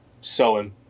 Selling